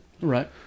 Right